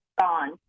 gone